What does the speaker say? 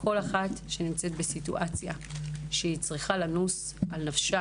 כל אחת שנמצאת בסיטואציה שבה היא צריכה לנוס על נפשה